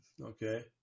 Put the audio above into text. okay